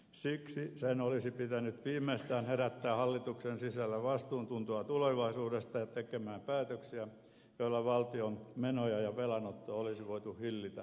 siksi sen olisi pitänyt viimeistään herättää hallituksen sisällä vastuuntuntoa tulevaisuudesta ja päätösten tekoa joilla valtion menoja ja velanottoa olisi voitu hillitä